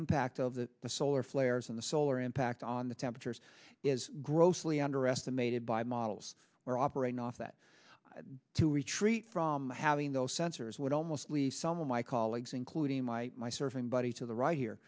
impact of the the solar flares in the solar impact on the temperatures is grossly underestimated by models were operating off that to retreat from having those sensors would almost lee some of my colleagues including my my surfing buddy to the right here